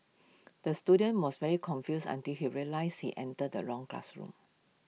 the student was very confused until he realised he entered the wrong classroom